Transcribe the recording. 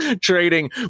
trading